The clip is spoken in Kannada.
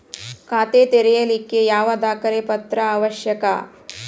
ಖಾತಾ ತೆರಿಲಿಕ್ಕೆ ಯಾವ ದಾಖಲೆ ಪತ್ರ ಅವಶ್ಯಕ?